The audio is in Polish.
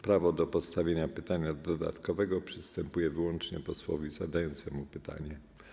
Prawo do postawienia pytania dodatkowego przysługuje wyłącznie posłowi zadającemu pytanie.